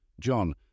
John